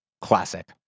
classic